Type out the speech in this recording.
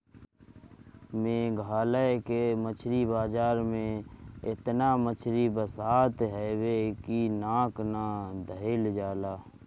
मेघालय के मछरी बाजार में एतना मछरी बसात हवे की नाक ना धइल जाला